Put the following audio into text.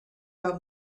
out